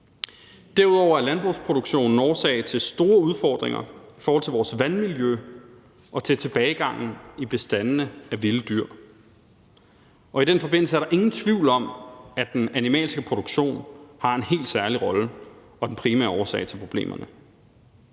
Derudover er landbrugsproduktionen årsag til store udfordringer i forhold til vores vandmiljø og tilbagegangen i bestandene af vilde dyr, og i den forbindelse er der ingen tvivl om, at den animalske produktion har en helt særlig rolle og er den primære årsag til problemet.